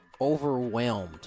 overwhelmed